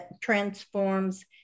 transforms